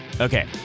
Okay